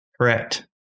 Correct